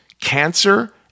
cancer